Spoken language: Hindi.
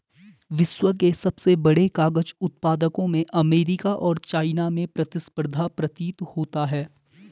विश्व के सबसे बड़े कागज उत्पादकों में अमेरिका और चाइना में प्रतिस्पर्धा प्रतीत होता है